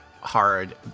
hard